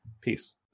Peace